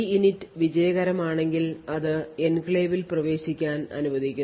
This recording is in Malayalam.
EINIT വിജയകരമാണെങ്കിൽ അത് എൻക്ലേവ് ൽ പ്രവേശിക്കാൻ അനുവദിക്കുന്നു